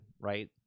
right